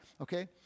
okay